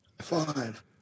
Five